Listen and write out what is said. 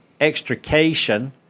extrication